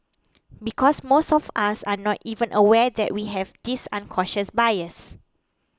because most of us are not even aware that we have this unconscious bias